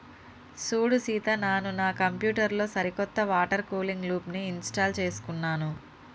సూడు సీత నాను నా కంప్యూటర్ లో సరికొత్త వాటర్ కూలింగ్ లూప్ని ఇంస్టాల్ చేసుకున్నాను